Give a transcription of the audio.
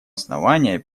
основания